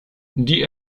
die